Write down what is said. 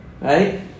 right